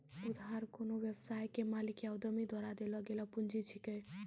उधार कोन्हो व्यवसाय के मालिक या उद्यमी द्वारा देल गेलो पुंजी छिकै